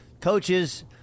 coaches